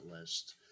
list